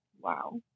Wow